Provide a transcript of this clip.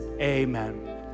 Amen